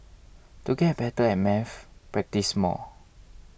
to get better at maths practise more